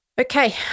Okay